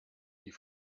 die